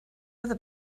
other